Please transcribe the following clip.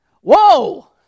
Whoa